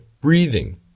breathing